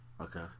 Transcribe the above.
okay